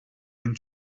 and